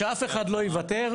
שאף אחד לא יוותר,